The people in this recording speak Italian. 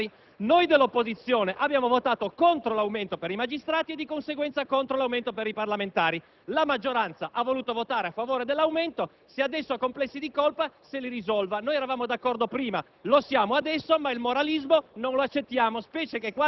i parlamentari. *(Applausi dai Gruppi FI, AN e LNP).* Noi dell'opposizione abbiamo votato contro l'aumento per i magistrati e, di conseguenza, contro l'aumento per i parlamentari; la maggioranza ha voluto votare a favore dell'aumento, se adesso ha complessi di colpa, se li risolva. Noi eravamo d'accordo prima;